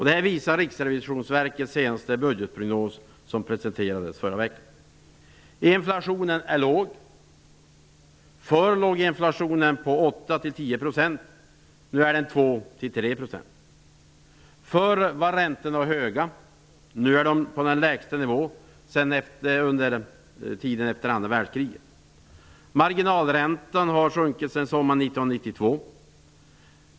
Detta visar Riksrevisionsverkets senaste budgetprognos som presenterades förra veckan. Inflationen är låg. Tidigare var inflationen 8--10 %. Nu är den 2--3 %. Tidigare var räntorna höga. Nu är de på den lägsta nivån sedan tiden efter andra världskriget. Marginalräntan har sjunkit sedan sommaren 1992.